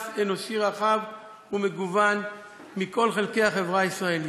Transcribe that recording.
אנושי רחב ומגוון מכל חלקי החברה הישראלית.